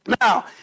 Now